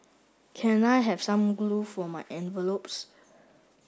can I have some glue for my envelopes